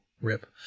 rip